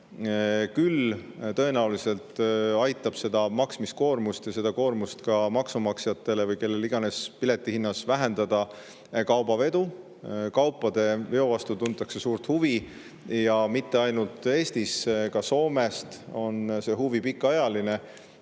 aitab tõenäoliselt seda maksmiskoormust, koormust maksumaksjatele või kellele iganes piletihinna vormis vähendada kaubavedu. Kaupade veo vastu tuntakse suurt huvi, ja mitte ainult Eestis. Ka Soomes on see huvi pikaajaline.